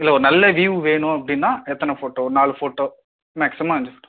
இல்லை ஒரு நல்ல வியூவ் வேணும் அப்படின்னா எத்தனை ஃபோட்டோ நாலு ஃபோட்டோ மேக்சிமம் அஞ்சு ஃபோட்டோ